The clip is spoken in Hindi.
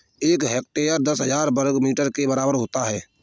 एक हेक्टेयर दस हजार वर्ग मीटर के बराबर होता है